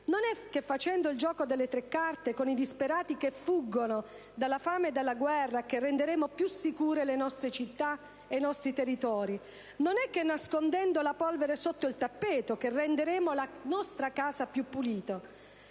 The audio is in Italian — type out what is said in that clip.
Non è facendo il «gioco delle tre carte» con i disperati che fuggono dalla guerra e dalla fame che renderemo più sicure le nostre città e i nostri territori; non è nascondendo la polvere sotto il tappeto che renderemo la nostra casa più pulita;